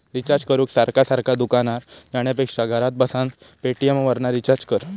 recharge करूक सारखा सारखा दुकानार जाण्यापेक्षा घरात बसान पेटीएमवरना रिचार्ज कर